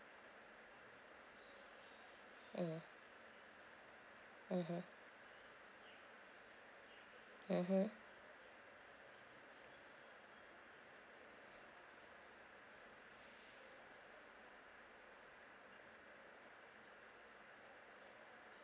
mm mmhmm mmhmm